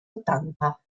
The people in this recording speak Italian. ottanta